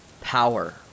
power